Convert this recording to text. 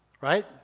right